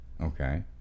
Okay